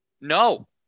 No